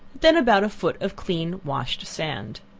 then about a foot of clean washed sand.